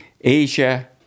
Asia